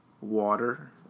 water